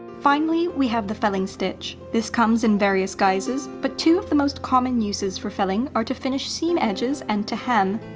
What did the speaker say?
finally, we have the felling stitch. this comes in various guises, but two of the most common uses for felling are to finish seam edges and to hem.